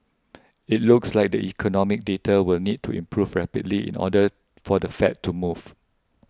it looks like the economic data will need to improve rapidly in order for the Fed to move